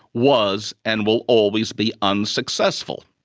was and will always be unsuccessful.